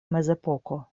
mezepoko